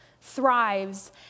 thrives